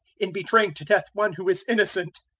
in betraying to death one who is innocent.